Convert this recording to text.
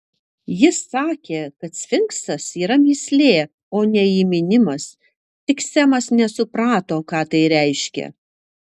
jis sakė kad sfinksas yra mįslė o ne įminimas tik semas nesuprato ką tai reiškia